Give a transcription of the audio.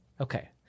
Okay